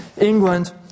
England